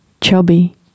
chubby